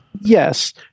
yes